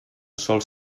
sols